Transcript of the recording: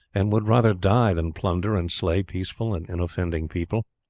and would rather die than plunder and slay peaceful and unoffending people.